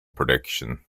prediction